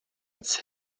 als